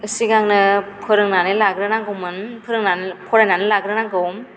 सिगांनो फोरोंनानै लाग्रोनांगौमोन फोरोंनानै फरायनानै लाग्रोनांगौ